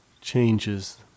changes